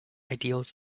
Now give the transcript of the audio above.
ideals